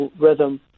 rhythm